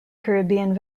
caribbean